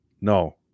no